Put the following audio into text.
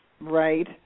Right